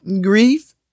grief